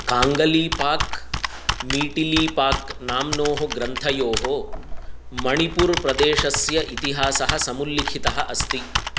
काङ्गलीपाक् मीटिलीपाक् नाम्नः ग्रन्थयोः मणिपुरप्रदेशस्य इतिहासः समुल्लिखितः अस्ति